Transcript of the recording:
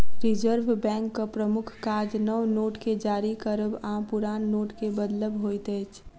reserve बैंकक प्रमुख काज नव नोट के जारी करब आ पुरान नोटके बदलब होइत अछि